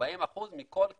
40% מכל כסף,